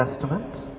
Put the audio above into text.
Testament